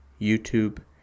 YouTube